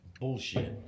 Bullshit